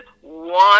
one